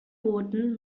booten